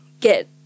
get